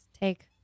Take